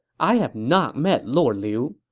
i have not met lord liu.